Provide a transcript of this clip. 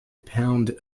pound